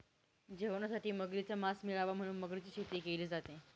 जेवणासाठी मगरीच मास मिळाव म्हणून मगरीची शेती केली जाते